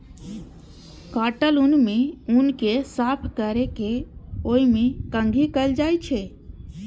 काटल ऊन कें साफ कैर के ओय मे कंघी कैल जाइ छै